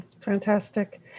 Fantastic